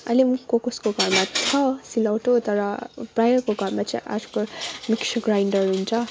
अहिले पनि कसै कसैको घरमा छ सिलौटो तर प्रायको घरमा चाहिँ आजकल मिक्सर ग्राइन्डर हुन्छ